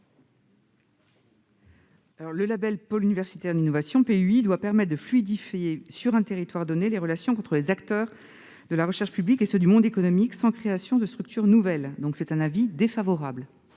Le label « Pôle universitaire d'innovation » doit permettre de fluidifier sur un territoire donné les relations entre les acteurs de la recherche publique et ceux du monde économique, sans création de structure nouvelle. La commission émet donc un avis défavorable.